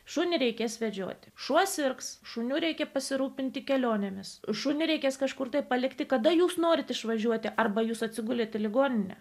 šunį reikės vedžioti šuo sirgs šuniu reikia pasirūpinti kelionėmis šunį reikės kažkur taip palikti kada jūs norite išvažiuoti arba jūs atsigulėte į ligoninę